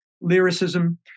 lyricism